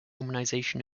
romanization